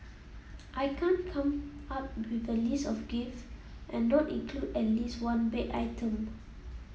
I can't come up with a list of gift and not include at least one baked item